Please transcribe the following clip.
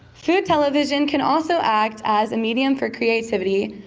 food television can also act as a medium for creativity.